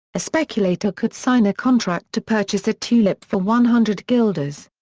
a speculator could sign a contract to purchase a tulip for one hundred guilders.